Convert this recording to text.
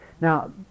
Now